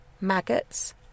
maggots